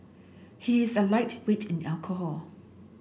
he is a lightweight in alcohol